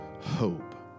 hope